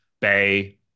Bay